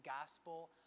gospel